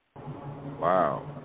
Wow